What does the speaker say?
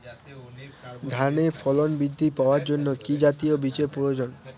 ধানে ফলন বৃদ্ধি পাওয়ার জন্য কি জাতীয় বীজের প্রয়োজন?